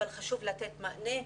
אבל חשוב לתת מענה.